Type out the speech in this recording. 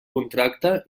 contracte